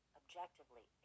objectively